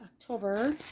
October